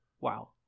wow